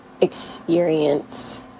experience